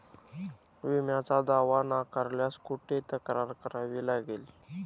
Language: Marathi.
विम्याचा दावा नाकारल्यास कुठे तक्रार करावी लागेल?